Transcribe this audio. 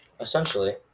essentially